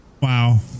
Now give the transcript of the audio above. Wow